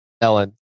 Ellen